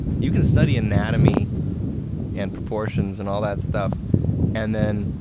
you can study anatomy and proportions and all that stuff and then